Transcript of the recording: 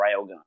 railgun